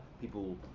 people